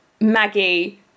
Maggie